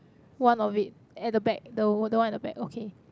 one of it at the back the the one at the back okay